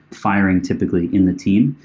firing typically in the team.